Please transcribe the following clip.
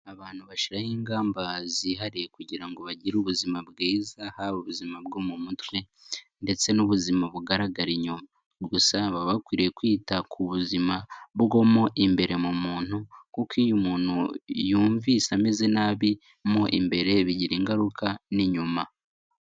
Abantu bashyiraho ingamba zihariye kugira ngo bagire ubuzima bwiza, haba ubuzima bwo mu mutwe ndetse n'ubuzima bugaragara inyuma, gusa baba bakwiriye kwita ku buzima bwo mo imbere mu muntu kuko iyo umuntu yumvise ameze nabi mo imbere bigira ingaruka n'inyuma.